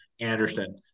Anderson